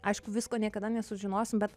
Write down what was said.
aišku visko niekada nesužinosim bet